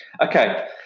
Okay